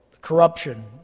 corruption